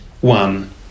one